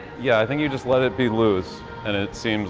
yeah, i think you just let it be loose and it seems